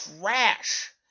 trash